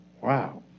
Wow